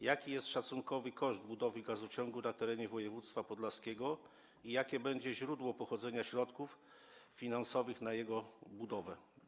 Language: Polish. Jaki jest szacunkowy koszt budowy gazociągu na terenie województwa podlaskiego i jakie będzie źródło pochodzenia środków finansowych na jego budowę?